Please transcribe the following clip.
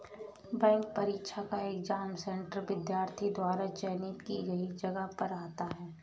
bank परीक्षा का exam centre विद्यार्थी द्वारा चयनित की गई जगह पर आता है